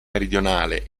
meridionale